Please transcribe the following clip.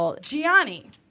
Gianni